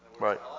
Right